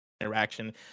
interaction